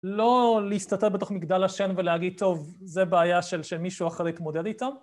לא להסתתר בתוך מגדל השן ולהגיד, טוב, זה בעיה שמישהו אחר יתמודד איתה.